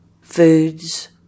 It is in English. foods